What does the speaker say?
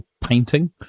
painting